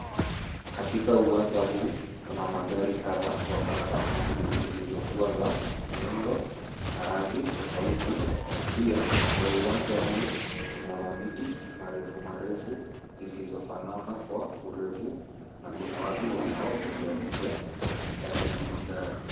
Katika uwanja huu, kuna magari kadha wa kadha zilizokuwa za muundo na rangi tofauti pia kwa uwanja huu kuna mamiti marefu marefu zisizofanana kwa urefu na kuna watu wanaotembea tembea katikati mwa magari.